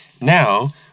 Now